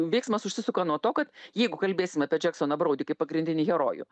veiksmas užsisuka nuo to kad jeigu kalbėsim apie džeksoną broudį kaip pagrindinį herojų